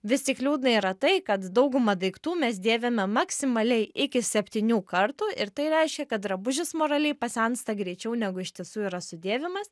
vis tik liūdna yra tai kad daugumą daiktų mes dėvime maksimaliai iki septynių kartų ir tai reiškia kad drabužis moraliai pasensta greičiau negu iš tiesų yra sudėvimas